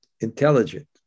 intelligent